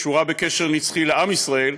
קשורה בקשר נצחי לעם ישראל,